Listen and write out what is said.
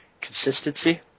consistency